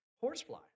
Horsefly